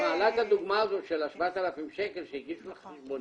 כי את מעלה את הדוגמה הזאת של ה-7,000 שקלים שהגישו לך חשבונית.